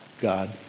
God